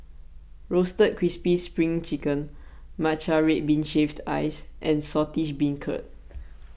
Roasted Crispy Spring Chicken Matcha Red Bean Shaved Ice and Saltish Beancurd